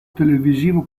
televisivo